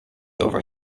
over